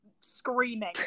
screaming